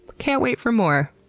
can't wait for more.